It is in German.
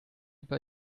bei